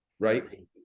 right